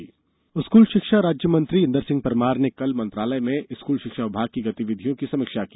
school समीक्षा school शिक्षा राज्यमंत्री इंदर सिंह परमार ने कल मंत्रालय में स्कूल शिक्षा विभाग की गतिविधियों की समीक्षा की